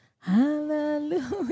hallelujah